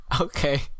Okay